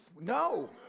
No